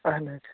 اَہَن حظ